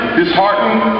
disheartened